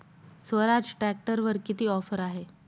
स्वराज ट्रॅक्टरवर किती ऑफर आहे?